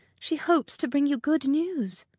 she hopes to bring you good news.